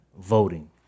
voting